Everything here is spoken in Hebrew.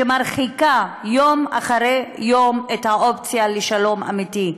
שמרחיקה יום אחרי יום את האופציה לשלום אמיתי,